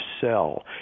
sell